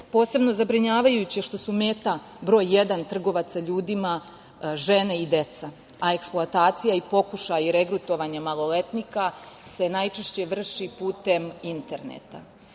posebno zabrinjavajuće što su meta broj 1. trgovaca ljudima žene i deca. Eksploatacija i pokušaj regrutovanja maloletnika se najčešće vrši i putem interneta.